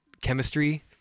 chemistry